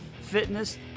fitness